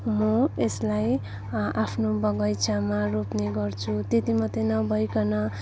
म यसलाई आफ्नो बगैँचामा रोप्ने गर्छु त्यति मात्रै नभईकन